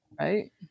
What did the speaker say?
Right